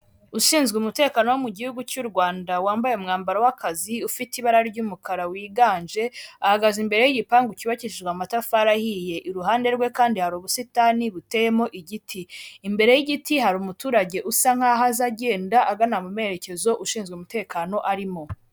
Ushinzwe umutekano wo mu gihugu cy'u Rwanda wambaye umwambaro w'akazi ufite ibara ry'umukara wiganje, ahagaze imbere y'igipangu cyubakishijwe amatafari ahiye, iruhande rwe kandi hari ubusitani buteyemo igiti, imbere y'igiti hari umuturage usa nk'aho aza agenda agana mu merekezo ushinzwe umutekano arimo.